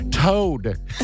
Toad